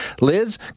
Liz